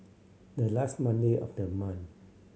the last Monday of the month